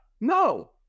No